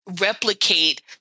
replicate